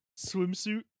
swimsuit